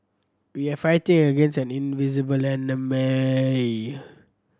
we are fighting against an invisible enemy